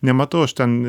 nematau aš ten